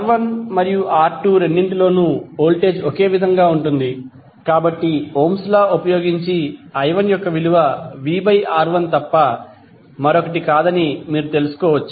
R1 మరియు R2 రెండింటిలోనూ voltage ఒకే విధంగా ఉంటుంది కాబట్టి ఓమ్స్ లా Ohms law ఉపయోగించి i1 యొక్క విలువ vR1 తప్ప మరొకటి కాదని మీరు తెలుసుకోవచ్చు